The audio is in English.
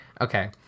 okay